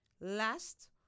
last